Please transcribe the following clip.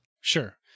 Sure